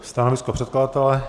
Stanovisko předkladatele?